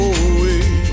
away